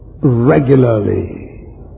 regularly